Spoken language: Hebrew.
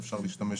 אפשר להשתמש